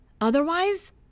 Otherwise